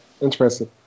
Interesting